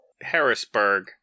Harrisburg